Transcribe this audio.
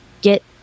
get